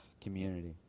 community